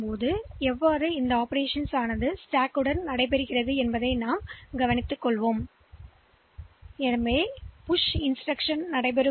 இப்போது அதைத் தவிர அதைத் தவிர வேறு எதையும் நாம் கொண்டிருக்க முடியும்பாணியை நாம் புரிந்து கொள்ள வேண்டும் இந்த செயல்பாடுகள் ஸ்டேக்கில் செய்யப்படும்